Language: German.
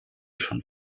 schon